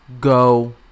go